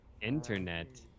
internet